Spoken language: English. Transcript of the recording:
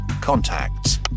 contacts